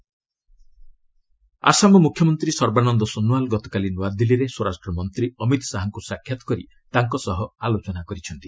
Assam CM Assam ମୁଖ୍ୟମନ୍ତ୍ରୀ ସର୍ବାନନ୍ଦ ସୋନୁୱାଲ୍ ଗତକାଲି ନୂଆଦିଲ୍ଲୀରେ ସ୍ୱରାଷ୍ଟ୍ର ମନ୍ତ୍ରୀ ଅମିତ୍ ଶାହାଙ୍କୁ ସାକ୍ଷାତ୍ କରି ତାଙ୍କ ସହ ଆଲୋଚନା କରିଛନ୍ତି